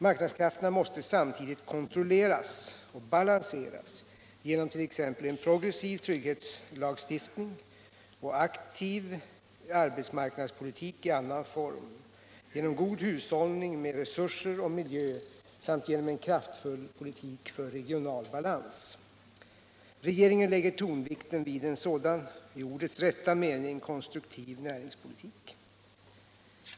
Marknadskrafterna måste samtidigt kontrolleras och balanseras genom t.ex. en progressiv trygghetslagstiftning och en aktiv arbetsmarknadspolitik i annan form, genom god hushållning med resurser och miljö samt genom en kraftfull politik för regional balans. Regeringen lägger tonvikten vid en sådan — i ordets rätta mening — konstruktiv näringspolitik.